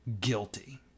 guilty